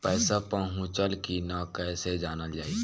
पैसा पहुचल की न कैसे जानल जाइ?